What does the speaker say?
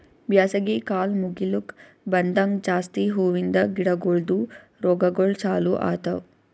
ಬ್ಯಾಸಗಿ ಕಾಲ್ ಮುಗಿಲುಕ್ ಬಂದಂಗ್ ಜಾಸ್ತಿ ಹೂವಿಂದ ಗಿಡಗೊಳ್ದು ರೋಗಗೊಳ್ ಚಾಲೂ ಆತವ್